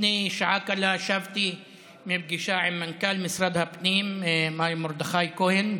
לפני שעה קלה שבתי מפגישה עם מנכ"ל משרד הפנים מר מרדכי כהן,